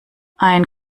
ein